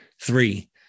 Three